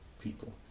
people